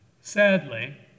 Sadly